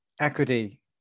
equity